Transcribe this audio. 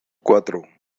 cuatro